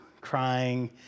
crying